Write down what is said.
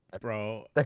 bro